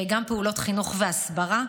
גם פעולות חינוך והסברה.